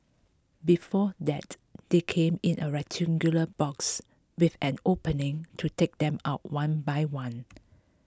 before that they came in a rectangular box with an opening to take them out one by one